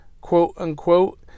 quote-unquote